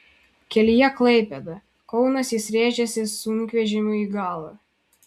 kelyje klaipėda kaunas jis rėžėsi sunkvežimiui į galą